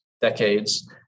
decades